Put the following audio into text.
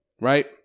right